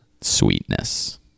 Sweetness